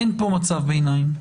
אין פה מצב ביניים.